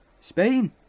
Spain